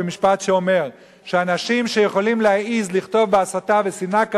במשפט שאומר: אנשים שיכולים להעז לכתוב בהסתה ושנאה כזאת,